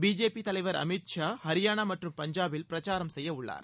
BJP தலைவர் திரு அமித் ஷா ஹரியானா மற்றும் பஞ்சாபில் பிரச்சாரம் செய்யவுள்ளார்